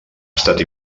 estat